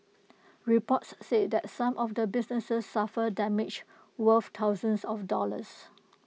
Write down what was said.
reports said that some of the businesses suffered damage worth thousands of dollars